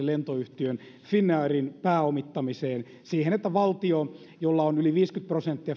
lentoyhtiömme finnairin pääomittamiseen siihen että valtio jolla on yli viisikymmentä prosenttia